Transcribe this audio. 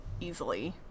easily